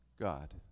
God